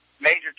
major